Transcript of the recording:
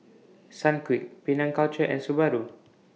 Sunquick Penang Culture and Subaru